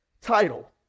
title